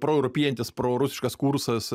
proeuropiejantis prorusiškas kursas